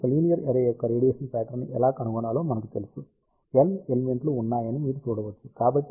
కాబట్టి ఒక linear array యొక్క రేడియేషన్ ప్యాట్రన్ ని ఎలా కనుగొనాలో మనకు తెలుసు M ఎలిమెంట్ లు ఉన్నాయని మీరు చూడవచ్చు